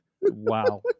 wow